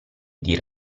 dir